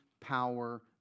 power